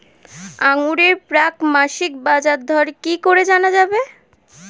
আঙ্গুরের প্রাক মাসিক বাজারদর কি করে জানা যাবে?